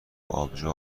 آبجو